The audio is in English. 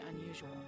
unusual